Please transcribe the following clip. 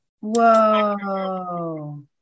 Whoa